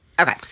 Okay